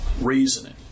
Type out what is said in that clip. reasoning